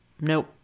nope